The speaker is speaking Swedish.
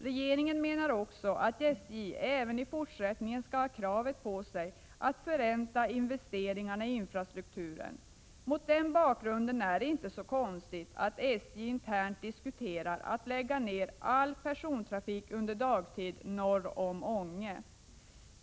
Regeringen menar också att SJ även i fortsättningen skall ha kravet på sig att förränta investeringarna i infrastrukturen. Mot den bakgrunden är det inte så konstigt att SJ internt diskuterar att lägga ned all persontrafik under dagtid norr om Ånge.